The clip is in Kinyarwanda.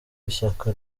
ishyaka